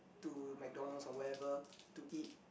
to McDonald's or where ever to eat